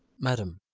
madam,